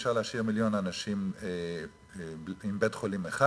אי-אפשר להשאיר מיליון אנשים עם בית-חולים אחד,